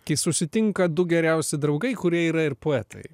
kai susitinka du geriausi draugai kurie yra ir poetai